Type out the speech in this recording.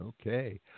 Okay